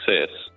success